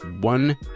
one